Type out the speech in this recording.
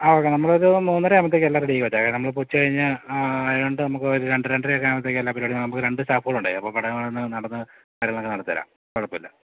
ങാ ഓക്കേ നമ്മൾ ഒരു മൂന്നര ആകുമ്പോഴത്തേക്ക് എല്ലാം റെഡിയാക്കി വച്ചേക്കാം നമ്മൾ ഇപ്പോൾ ഉച്ചകഴിഞ്ഞു ങാ ഏതാണ്ട് നമുക്ക് രണ്ട് രണ്ടര ആകുമ്പോഴത്തേക്ക് എല്ലാ പരിപാടിയും നമുക്ക് രണ്ട് സ്റ്റാഫുകളുണ്ട് അപ്പോൾ പെട്ടെന്ന് പെട്ടെന്ന് നടന്ന് കാര്യങ്ങളൊക്കെ നടത്തി തരാം കുഴപ്പമില്ല